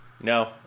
No